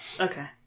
Okay